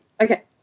okay